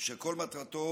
שכל מטרתו